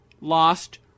lost